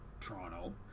Toronto